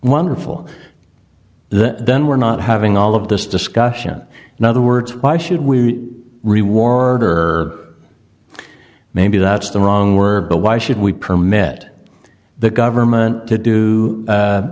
wonderful the then we're not having all of this discussion in other words why should we reward or maybe that's the wrong word but why should we permit the government to do